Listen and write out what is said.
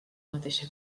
mateixa